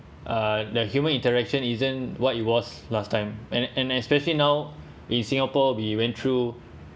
uh the human interaction isn't what it was last time and and especially now in singapore we went through